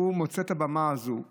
הוא מוצא את הבמה הזו לנגח,